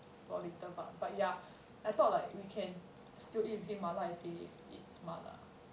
for later but but ya I thought like we can still eat with him mala if he eats mala